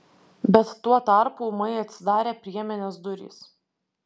bet tuo tarpu ūmai atsidarė priemenės durys